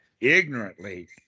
ignorantly